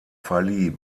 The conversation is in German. verlieh